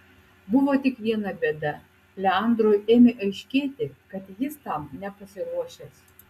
buvo tik viena bėda leandrui ėmė aiškėti kad jis tam nepasiruošęs